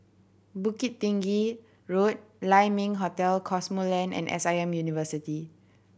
Bukit Tinggi Road Lai Ming Hotel Cosmoland and S I M University